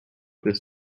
this